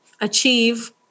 achieve